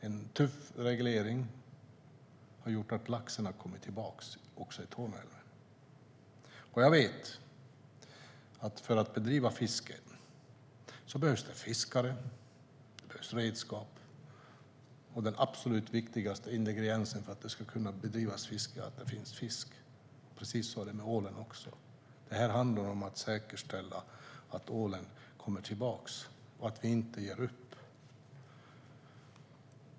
En tuff reglering har gjort att laxen har kommit tillbaka också i Torne älv. Jag vet att det för att bedriva fiske behövs fiskare och redskap. Den absolut viktigaste ingrediensen för att kunna bedriva fiske är att det finns fisk. Precis så är det med ålen också. Det handlar om att säkerställa att ålen kommer tillbaka och att vi inte ger upp.